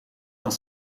dan